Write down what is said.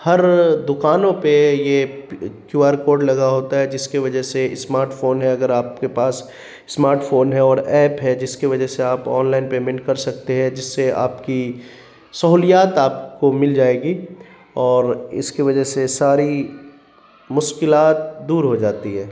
ہر دوکانوں پہ یہ کیو آر کوڈ لگا ہوتا ہے جس کے وجہ سے اسمارٹ فون ہے اگر آپ کے پاس اسمارٹ فون ہے اور ایپ ہے جس کے وجہ سے آپ آن لائن پیمنٹ کر سکتے ہیں جس سے آپ کی سہولیات آپ کو مل جائے گی اور اس کی وجہ سے ساری مشکلات دور ہو جاتی ہے